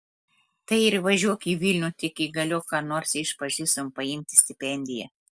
tai ir važiuok į vilnių tik įgaliok ką nors iš pažįstamų paimti stipendiją